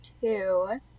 two